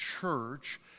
church